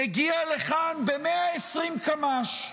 מגיע לכאן ב-120 קמ"ש.